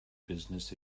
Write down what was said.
business